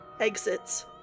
exits